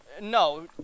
No